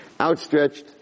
outstretched